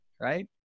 Right